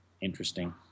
interesting